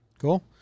Cool